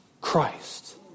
Christ